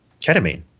ketamine